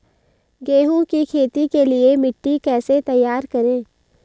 गेहूँ की खेती के लिए मिट्टी कैसे तैयार करें?